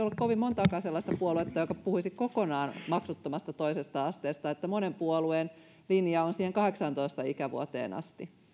kovin montakaan sellaista puoluetta jotka puhuisivat kokonaan maksuttomasta toisesta asteesta monen puolueen linja on siihen kahdeksaantoista ikävuoteen asti